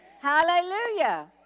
Hallelujah